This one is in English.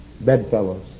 bedfellows